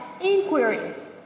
inquiries